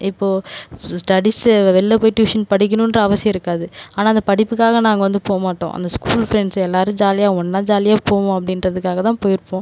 இப்போது ஸ்டடீஸ் வெளில போயி டியூஷன் படிக்கணும்ன்ற அவசியம் இருக்காது ஆனால் அந்த படிப்புக்காக நாங்கள் வந்து போகமாட்டோம் அந்த ஸ்கூல் ஃப்ரெண்ட்ஸ் எல்லாரும் ஜாலியாக ஒண்ணாக ஜாலியாக போவோம் அப்படின்றதுக்காக தான் போயிருப்போம்